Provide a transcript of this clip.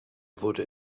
wurde